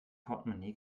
portmonee